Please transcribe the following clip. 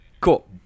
Cool